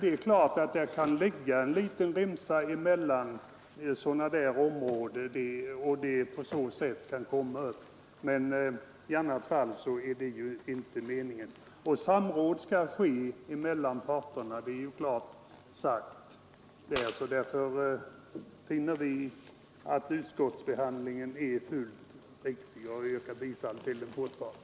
Det kan hända att det ligger en liten renbetesremsa emellan två sådana här områden, som behöver markberedas, och på så sätt har den kommit med i plogningen. I annat fall är detta inte meningen. Samråd skall ske emellan parterna, detta är klart sagt. Därför finner vi att utskottsbehandlingen är fullt riktig. Jag yrkar fortfarande bifall till utskottets förslag.